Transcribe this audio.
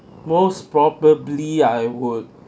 most probably I would